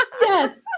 Yes